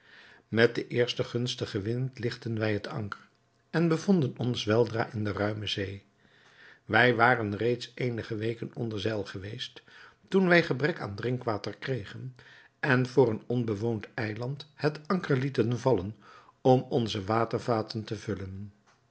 met den eersten gunstigen wind ligtten wij het anker en bevonden ons weldra in de ruime zee wij waren reeds eenige weken onder zeil geweest toen wij gebrek aan drinkwater kregen en voor een onbewoond eiland het anker lieten vallen om onze watervaten te vullen